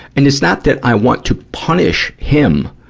and it's not that i want to punish him.